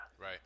Right